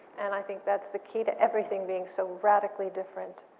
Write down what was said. and i think that's the key to everything being so radically different.